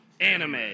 Anime